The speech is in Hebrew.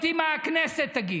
מעניין אותי מה הכנסת תגיד,